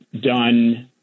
done